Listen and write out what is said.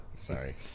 Sorry